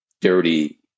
dirty